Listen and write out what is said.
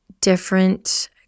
different